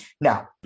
Now